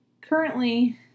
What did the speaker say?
Currently